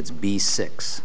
it's b six